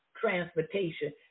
transportation